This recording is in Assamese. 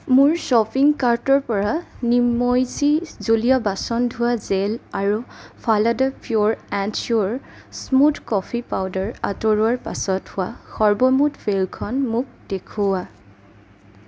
মোৰ শ্বপিং কাৰ্টৰ পৰা নিমইজি জুলীয়া বাচন ধোৱা জেল আৰু ফালাডা pure and sure smooth coffee powder আঁতৰোৱাৰ পাছত হোৱা সৰ্বমুঠ বিলখন মোক দেখুওৱা